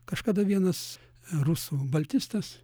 kažkada vienas rusų baltistas